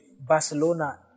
Barcelona